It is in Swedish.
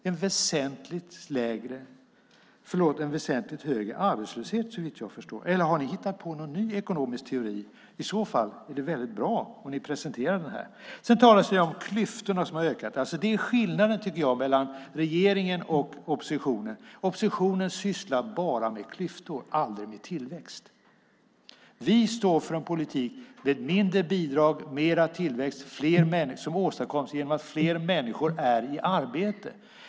En väsentligt högre arbetslöshet, såvitt jag förstår. Eller har ni hittat på någon ny ekonomisk teori? I så fall är det väldigt bra om ni presenterar den här. Det talas om klyftorna som har ökat. Det är skillnaden mellan regeringen och oppositionen. Oppositionen sysslar bara med klyftor, aldrig med tillväxt. Vi står för en politik med mindre bidrag och mer tillväxt, vilket åstadkoms genom att fler människor är i arbete.